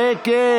תשתוק,